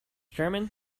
german